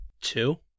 Two